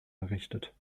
errichtet